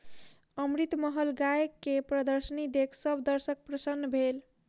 अमृतमहल गाय के प्रदर्शनी देख सभ दर्शक प्रसन्न भेल